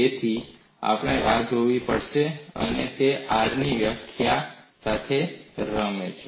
તેથી આપણે રાહ જોવી પડશે અને તે Rની વ્યાખ્યા સાથે રમે છે